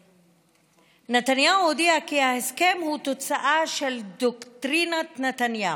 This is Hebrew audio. נתניהו הודיע כי ההסכם הוא תוצאה של דוקטרינת נתניהו,